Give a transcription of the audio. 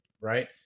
right